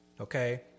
okay